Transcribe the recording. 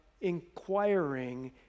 inquiring